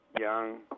young